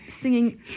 singing